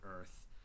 Earth